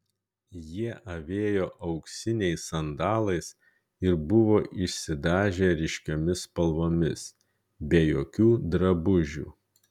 jie avėjo auksiniais sandalais ir buvo išsidažę ryškiomis spalvomis be jokių drabužių